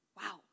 Wow